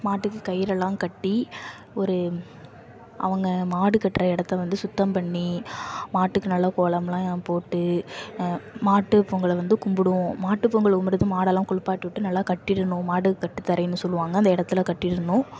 மாட்டுக்கு கயிறெல்லாம் கட்டி ஒரு அவங்க மாடு கட்டுற இடத்த வந்து சுத்தம் பண்ணி மாட்டுக்கு நல்லா கோலம்லாம் போட்டு மாட்டுப்பொங்கலை வந்து கும்பிடுவோம் மாட்டுப்பொங்கல் கும்பிடுறது மாட்டெல்லாம் குளிப்பாட்டி விட்டு நல்லா கட்டிடணும் மாடு கட்டுத்தரைன்னு சொல்லுவாங்க அந்த இடத்துல கட்டிடணும்